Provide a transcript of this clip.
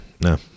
No